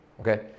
okay